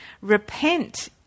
Repent